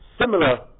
similar